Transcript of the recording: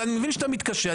אני מבין שאתה מתקשה.